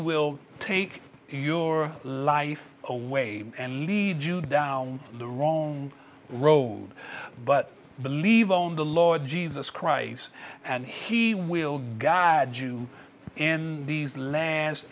will take your life away and lead you down the wrong road but believe on the lord jesus christ and he will guide you in these la